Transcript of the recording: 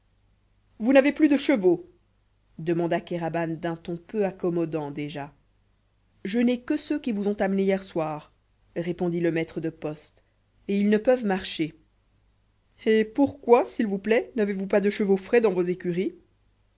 vous n'avez plus de chevaux demanda kéraban d'un ton peu accommodant déjà je n'ai que ceux qui vous ont amenés hier soir répondit le maître de poste et ils ne peuvent marcher eh pourquoi s'il vous plaît n'avez-vous pas de chevaux frais dans vos écuries